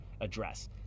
address